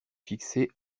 fixé